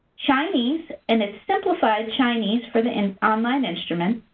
chinese, and it simplifies chinese for the online instruments,